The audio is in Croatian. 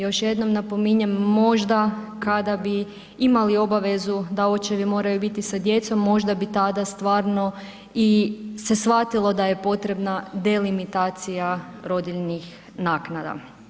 Još jednom napominjem možda kada bi imali obavezu da očevi moraju biti sa djecom, možda bi tada stvarno i se shvatilo da je potrebna delimitacija rodiljnih naknada.